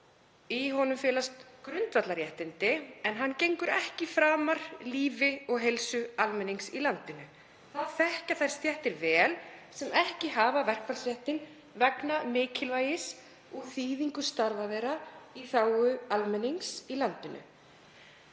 Í honum felast grundvallarréttindi en hann gengur ekki framar lífi og heilsu almennings í landinu. Það þekkja þær stéttir vel sem ekki hafa verkfallsrétt vegna mikilvægis og þýðingu starfa þeirra í þágu almennings í landinu.